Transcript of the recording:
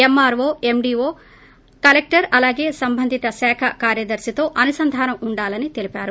ఎమ్మార్పో MDO collector అలాగే సంబంధిత శాఖ కార్యదర్తిలతో అనుసంధానం వుండాలని తెలిపారు